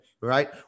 right